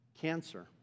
cancer